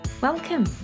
Welcome